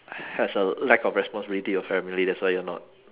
has a lack of responsibility of family that's why you're not